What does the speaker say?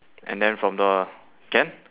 and then from the can